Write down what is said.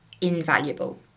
invaluable